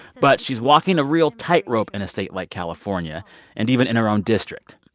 but she's walking a real tightrope in a state like california and even in her own district.